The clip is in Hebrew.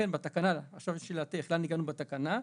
לשאלתך לאן הגענו בתקנה,